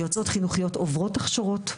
יועצות חינוכיות עוברות הכשרות,